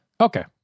Okay